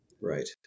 Right